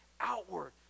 outward